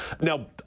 Now